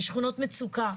בשכונות מצוקה.